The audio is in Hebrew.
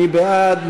מי בעד?